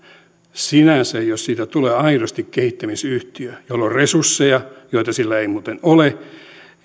sinänsä jos siitä tulee aidosti kehittämisyhtiö jolla on resursseja joita sillä ei muuten ole